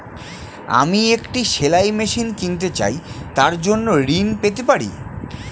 আমি একটি সেলাই মেশিন কিনতে চাই তার জন্য ঋণ পেতে পারি?